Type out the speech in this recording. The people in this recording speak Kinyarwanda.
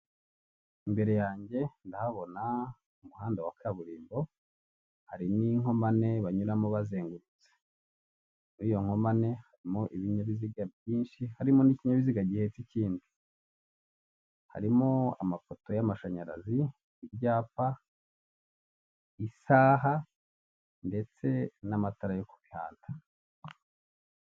Imbere yanjye ndahabona umuhanda wa kaburimbo hari n'inkomane banyuramo bazengurutse muri'yo nkomane harimo ibinyabiziga byinshi harimo n'ikinyabiziga gihetse ikindi harimo amafoto y'amashanyarazi, ibyapa, isaha ndetse n'amatara yo kubihata.